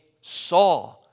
saw